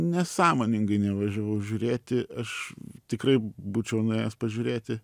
nesąmoningai nevažiavau žiūrėti aš tikrai būčiau nuėjęs pažiūrėti